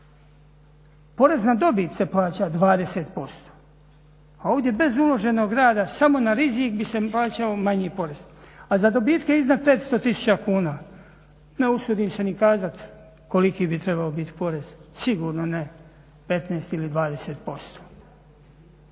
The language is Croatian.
Porez na dobit se plaća 20%, a ovdje bez uloženog rada samo na rizik bi se plaćao manji porez. A za dobitke iznad 500 tisuća kuna ne usudim se ni kazati koliki bi trebao biti porez, sigurno ne 15 ili 20%.